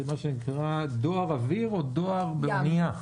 זה מה שנקרא דואר אוויר או דואר ים.